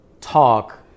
talk